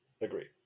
Agree